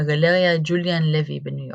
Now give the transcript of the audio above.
בגלריה "ג'וליאן לוי" בניו יורק.